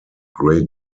great